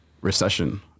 recession